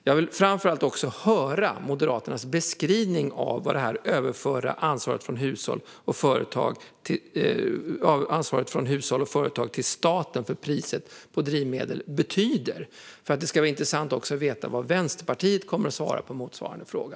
Jag vill framför allt höra Moderaternas beskrivning av vad denna överföring av ansvar för priset på drivmedel från hushåll och företag till staten betyder. Det skulle vara intressant att veta vad Vänsterpartiet kommer att svara på motsvarande fråga.